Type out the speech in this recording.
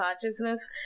consciousness